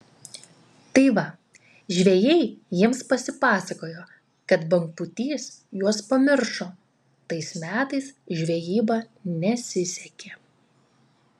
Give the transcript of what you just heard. tai va žvejai jiems pasipasakojo kad bangpūtys juos pamiršo tais metais žvejyba nesisekė